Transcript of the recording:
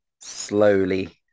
slowly